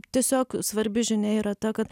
tiesiog svarbi žinia yra ta kad